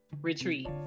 retreat